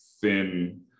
thin